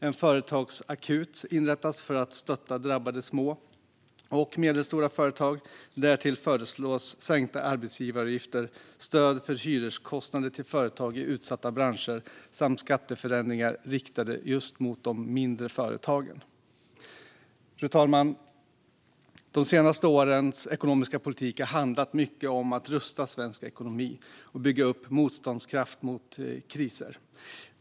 En företagsakut inrättas för att stötta drabbade små och medelstora företag. Därtill föreslås sänkta arbetsgivaravgifter, stöd för hyreskostnader till företag i utsatta branscher samt skatteförändringar riktade mot just de mindre företagen. Fru talman! De senaste årens ekonomiska politik har handlat mycket om att rusta svensk ekonomi och bygga upp motståndskraft mot kriser.